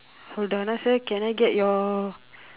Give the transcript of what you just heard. hold on uh sir can I get your